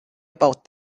about